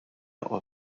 aqwa